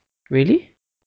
really